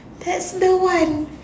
there's no one